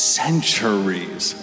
centuries